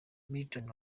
milton